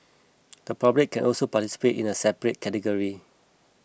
the public can also participate in a separate category